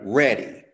ready